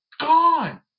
Gone